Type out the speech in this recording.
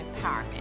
empowerment